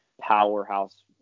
powerhouse